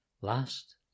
last